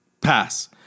pass